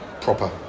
proper